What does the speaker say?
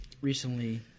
recently